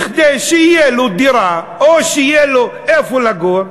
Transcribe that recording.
כדי שתהיה לו דירה, או שיהיה לו איפה לגור,